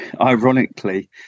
ironically